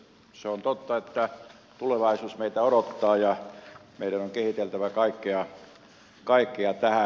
se on totta että tulevaisuus meitä odottaa ja meidän on kehiteltävä kaikkea tähän